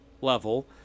level